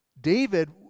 David